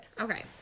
Okay